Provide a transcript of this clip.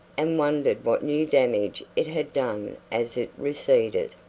and wondered what new damage it had done as it receded.